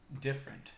different